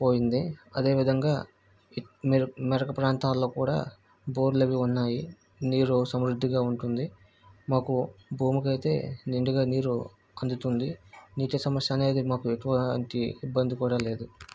పోయింది అదే విధంగా మీరు మెరక ప్రాంతాల్లో కూడా బోర్లు అవి ఉన్నాయి నీరు సమృద్ధిగా ఉంటుంది మాకు భూమికైతే నిండుగా నీరు అందుతుంది నీటి సమస్య అనేది మాకు ఎటువంటి ఇబ్బంది కూడా లేదు